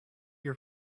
your